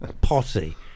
potty